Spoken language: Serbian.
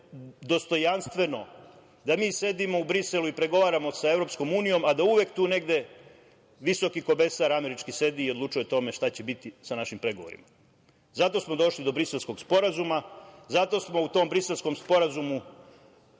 je ne dostojanstveno da mi sedimo u Briselu i pregovaramo sa EU, a da uvek tu negde visoki komesar američki sedi i odlučuje o tome šta će biti sa našim pregovorima. Zato smo došli do Briselskog sporazuma, zato smo u tom Briselskom sporazumu